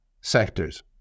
sectors